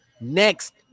Next